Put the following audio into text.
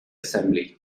assembly